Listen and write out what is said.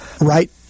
right